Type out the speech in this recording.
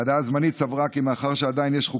באדמה בשטח עוד לפני שהוא מגיע לקו